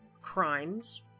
crimes